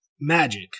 magic